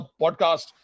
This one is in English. podcast